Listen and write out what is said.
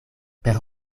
per